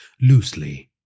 loosely